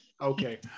Okay